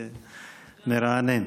זה מרענן.